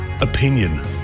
opinion